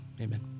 Amen